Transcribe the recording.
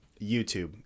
YouTube